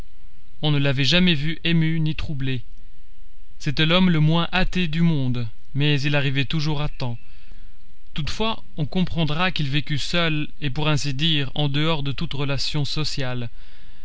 on ne l'avait jamais vu ému ni troublé c'était l'homme le moins hâté du monde mais il arrivait toujours à temps toutefois on comprendra qu'il vécût seul et pour ainsi dire en dehors de toute relation sociale